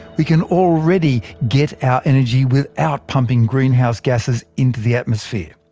we can already get our energy without pumping greenhouse gases into the atmosphere.